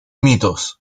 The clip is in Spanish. mitos